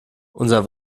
unser